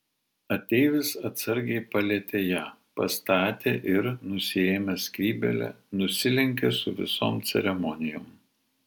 ateivis atsargiai palietė ją pastatė ir nusiėmęs skrybėlę nusilenkė su visom ceremonijom